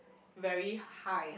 very high